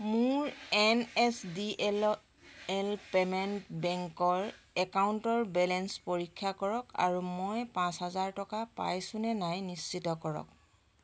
মোৰ N S D L এল পেমেণ্ট বেংকৰ একাউণ্টৰ বেলেঞ্চ পৰীক্ষা কৰক আৰু মই পাঁচ হাজাৰ টকা পাইছো নে নাই নিশ্চিত কৰক